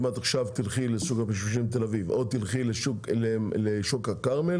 אם תלכי עכשיו לשוק הפשפשים בתל אביב או שתלכי לשוק הכרמל